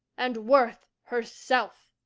and worth her self.